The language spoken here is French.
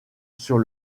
sur